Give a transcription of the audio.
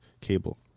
cable